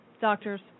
doctors